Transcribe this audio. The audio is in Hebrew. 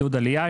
עידוד עלייה,